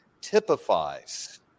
typifies